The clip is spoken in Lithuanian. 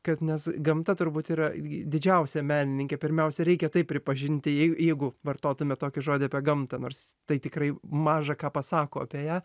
kad nes gamta turbūt yra didžiausia menininkė pirmiausia reikia tai pripažintijei jeigu vartotume tokį žodį apie gamtą nors tai tikrai maža ką pasako apie ją